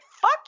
fuck